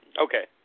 Okay